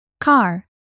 car